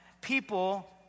people